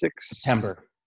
September